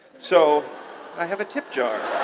so i have a tip jar.